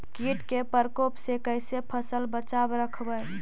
कीट के परकोप से कैसे फसल बचाब रखबय?